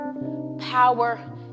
power